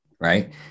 right